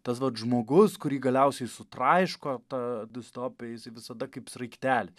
tas žmogus kurį galiausiai sutraiško ta distopija jis visada kaip sraigtelis